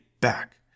back